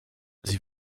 sie